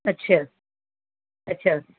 اچھا اچھا